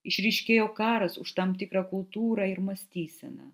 išryškėjo karas už tam tikrą kultūrą ir mąstyseną